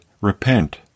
repent